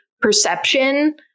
perception